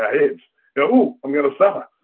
ah heads, so i'm gonna stutter,